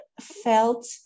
felt